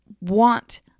want